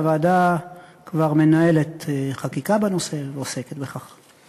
והוועדה כבר מנהלת חקיקה בנושא ועוסקת בכך.